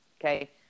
okay